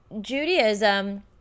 Judaism